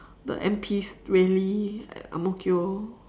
the M_P's rally at ang-mo-kio